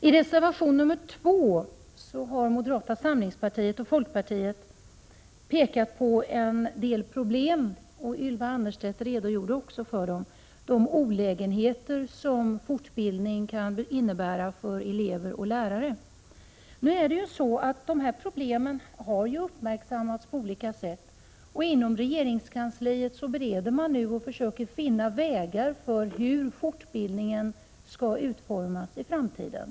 I reservation 2 har moderata samlingspartiet och folkpartiet pekat på en del problem — Ylva Annerstedt redogjorde också för dem — nämligen de olägenheter som fortbildning kan innebära för elever och lärare. Men de här problemen har ju uppmärksammats på olika sätt, och inom regeringskansliet bereder man nu frågan och försöker finna vägar för hur fortbildningen skall utformas i framtiden.